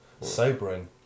Sobering